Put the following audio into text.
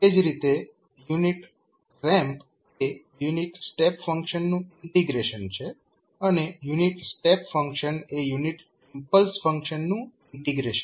એ જ રીતે unit ramp એ યુનિટ સ્ટેપ ફંક્શનનું ઇન્ટિગ્રેશન છે અને યુનિટ સ્ટેપ ફંક્શન એ યુનિટ ઇમ્પલ્સ ફંક્શનનું ઇન્ટિગ્રેશન છે